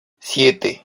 siete